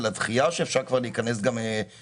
הדחייה או שאפשר כבר להיכנס גם למהות?